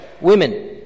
Women